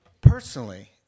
personally